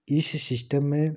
इस सिस्टम में